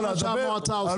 זה מה שהמועצה עושה.